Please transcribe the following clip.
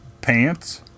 pants